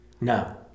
No